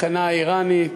הסכנה האיראנית,